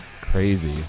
Crazy